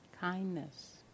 Kindness